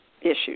issues